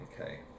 Okay